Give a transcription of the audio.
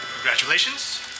Congratulations